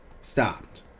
stopped